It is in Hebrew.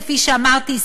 כפי שאמרתי,